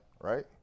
right